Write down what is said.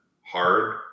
hard